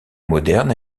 moderne